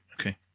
okay